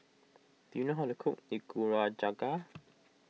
do you know how to cook